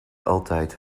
altijd